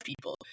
people